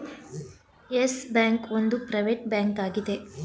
Yes Bank ಒಂದು private bank ಆಗಿದೆ